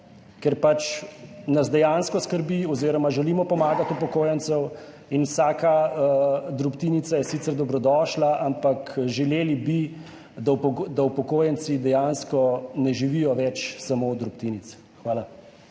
ker nas dejansko skrbi oziroma želimo pomagati upokojencem in je vsaka drobtinica sicer dobrodošla. Ampak želeli bi, da upokojenci dejansko ne živijo več samo od drobtinic. Hvala.